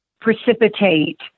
precipitate